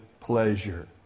pleasure